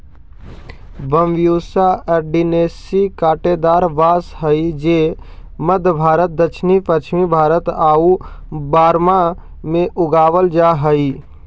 Bambusa अरंडिनेसी काँटेदार बाँस हइ जे मध्म भारत, दक्षिण पश्चिम भारत आउ बर्मा में उगावल जा हइ